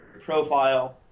profile